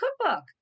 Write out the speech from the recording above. cookbook